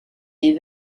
des